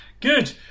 Good